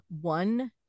one